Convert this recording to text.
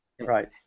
Right